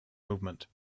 movement